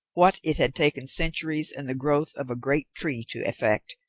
what it had taken centuries, and the growth of a great tree to effect,